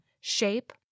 shape